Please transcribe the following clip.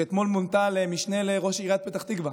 שאתמול מונתה למשנה לראש עיריית פתח תקווה,